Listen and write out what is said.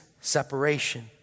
separation